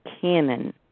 canon